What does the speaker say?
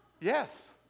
yes